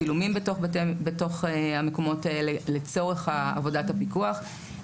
צילומים בתוך המקומות האלה לצורך עבודת הפיקוח.